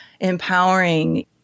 empowering